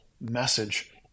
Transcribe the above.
message